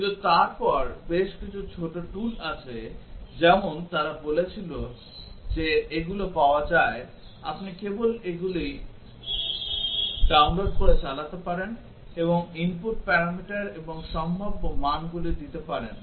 কিন্তু তারপর বেশ কিছু ছোট tool আছে যেমন তারা বলছিল যে এগুলো পাওয়া যায় আপনি কেবল সেগুলি ডাউনলোড করে চালাতে পারেন এবং input প্যারামিটার এবং সম্ভাব্য মানগুলি দিতে পারেন